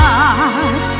God